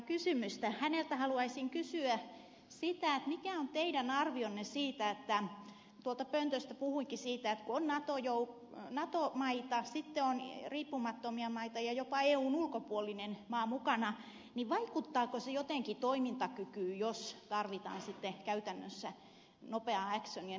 häneltä haluaisin kysyä sitä mikä on teidän arvionne siitä tuolta pöntöstä puhuinkin siitä kun on nato maita sitten on riippumattomia maita ja jopa eun ulkopuolinen maa mukana että vaikuttaako se jotenkin toimintakykyyn jos tarvitaan sitten käytännössä nopeaa äksöniä